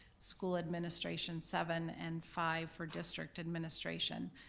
school administration, seven and five for district administration,